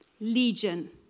Legion